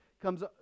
comes